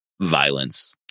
violence